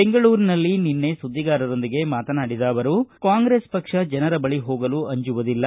ಬೆಂಗಳೂರಿನಲ್ಲಿ ನಿನ್ನೆ ಸುದ್ದಿಗಾರರೊಂದಿಗೆ ಮಾತನಾಡಿದ ಅವರು ಕಾಂಗ್ರೆಸ್ ಪಕ್ಷ ಜನರ ಬಳಿ ಹೋಗಲು ಅಂಜುವುದಿಲ್ಲ